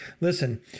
Listen